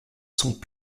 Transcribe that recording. sont